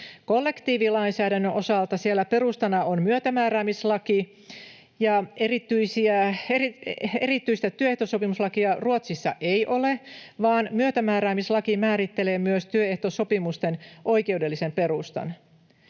Kollektiivilainsäädännön osalta siellä perustana on myötämääräämislaki. Erityistä työehtosopimuslakia Ruotsissa ei ole, vaan myötämääräämislaki määrittelee myös työehtosopimusten oikeudellisen perustan.